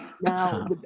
Now